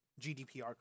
GDPR